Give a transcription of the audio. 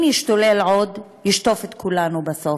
אם ישתולל עוד ישטוף את כולנו בסוף,